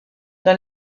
dans